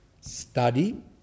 study